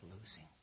losing